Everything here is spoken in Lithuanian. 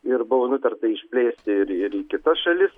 ir buvo nutarta išplėsti ir ir į kitas šalis